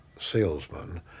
salesman